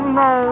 no